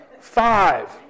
Five